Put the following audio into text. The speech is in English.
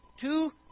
two